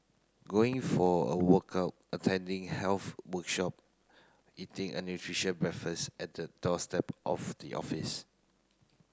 going for a workout attending health workshop eating an nutritious breakfast at the doorstep of the office